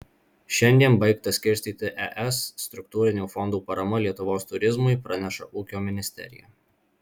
šiandien baigta skirstyti es struktūrinių fondų parama lietuvos turizmui praneša ūkio ministerija